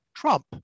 Trump